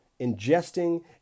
ingesting